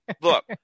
Look